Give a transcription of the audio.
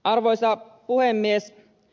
arvoisa puhemies